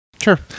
sure